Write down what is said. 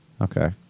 Okay